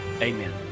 Amen